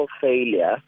failure